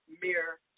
mere